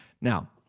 Now